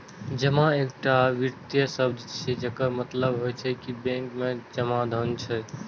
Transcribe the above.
जमा एकटा वित्तीय शब्द छियै, जकर मतलब होइ छै बैंक मे जमा धन